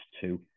two